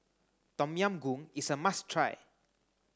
Tom Yam Goong is a must try